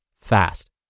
fast